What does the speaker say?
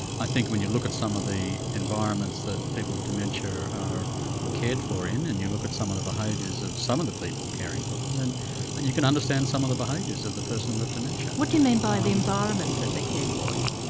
i think when you look at some of the environments that people with dementia are cared for in, and you look at some of the behaviours of some of the people caring for them, then you can understand some of the behaviours of the person with dementia. what do you mean by the environments that they're cared for in?